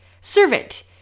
Servant